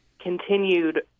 continued